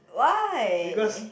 why